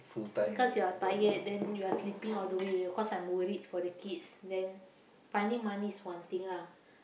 because you are tired then you are sleeping all the way cause I'm worried for the kids then finding money is one thing lah